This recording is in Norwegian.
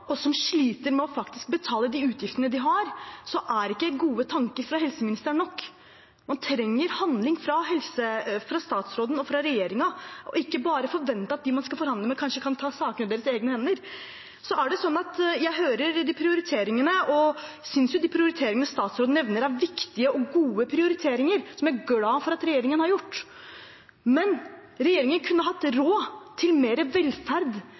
og sliter med å betale de utgiftene de har, er ikke gode tanker fra helseministeren nok. Man trenger handling fra statsråden og regjeringen; de kan ikke bare forvente at dem man skal forhandle med, kanskje tar sakene i sine egne hender. Jeg hører prioriteringene statsråden nevner, og synes de er viktige og gode. Jeg er glad for at regjeringen har gjort dem. Men regjeringen kunne hatt råd til mer velferd